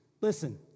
Listen